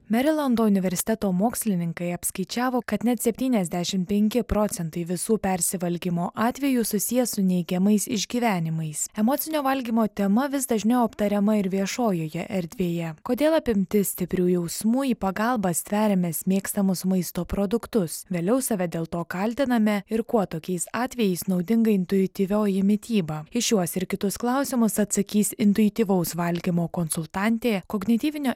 merilando universiteto mokslininkai apskaičiavo kad net septyniasdešimt penki procentai visų persivalgymo atvejų susiję su neigiamais išgyvenimais emocinio valgymo tema vis dažniau aptariama ir viešojoje erdvėje kodėl apimti stiprių jausmų į pagalbą stveriamės mėgstamus maisto produktus vėliau save dėl to kaltiname ir kuo tokiais atvejais naudinga intuityvioji mityba į šiuos ir kitus klausimus atsakys intuityvaus valgymo konsultantė kognityvinio